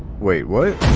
wait what?